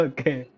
Okay